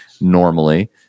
normally